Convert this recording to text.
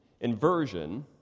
inversion